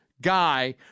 guy